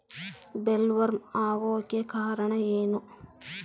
Bollworm ಆಗೋಕೆ ಕಾರಣ ಏನು?